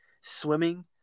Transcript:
swimming